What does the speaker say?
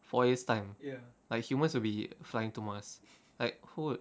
four years time like humans will be flying to mars like who